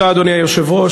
אדוני היושב-ראש,